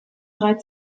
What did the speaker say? drei